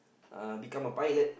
uh become a pilot